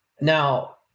now